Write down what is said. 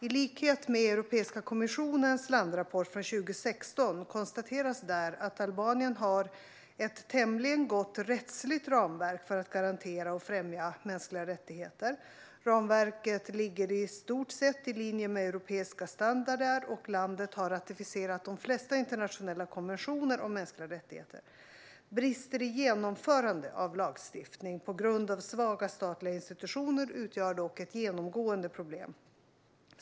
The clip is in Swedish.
I likhet med Europeiska kommissionens landrapport från 2016 konstateras där att Albanien har ett tämligen gott rättsligt ramverk för att garantera och främja mänskliga rättigheter. Ramverket ligger i stort sett i linje med europeiska standarder, och landet har ratificerat de flesta internationella konventioner om mänskliga rättigheter. Brister i genomförande av lagstiftning på grund av svaga statliga institutioner utgör dock ett genomgående problem.